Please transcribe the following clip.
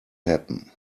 happen